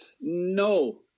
No